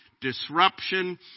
disruption